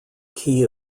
key